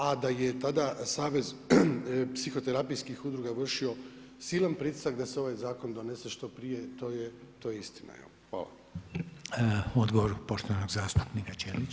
A da je tada Savez psihoterapijskih udruga vršio silan pritisak da se ovaj zakon donese što prije, to je istina.